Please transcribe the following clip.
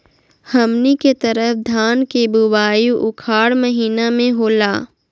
हमनी के तरफ धान के बुवाई उखाड़ महीना में होला